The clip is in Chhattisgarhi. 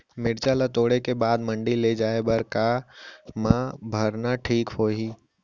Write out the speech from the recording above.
मिरचा ला तोड़े के बाद मंडी ले जाए बर का मा भरना ठीक होही?